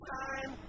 time